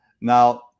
Now